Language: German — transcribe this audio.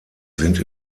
sind